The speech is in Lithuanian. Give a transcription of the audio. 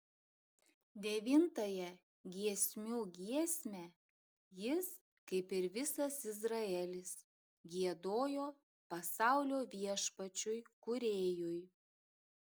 devintąją giesmių giesmę jis kaip ir visas izraelis giedojo pasaulio viešpačiui kūrėjui